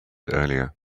earlier